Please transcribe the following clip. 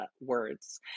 words